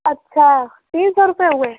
अच्छा फिर परसों में